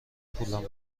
پولم